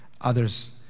Others